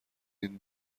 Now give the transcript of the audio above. این